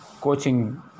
coaching